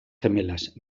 gemelas